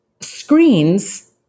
screens